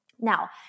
Now